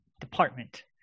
Department